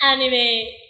Anime